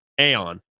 Aeon